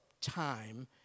time